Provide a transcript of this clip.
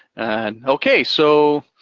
and okay, so.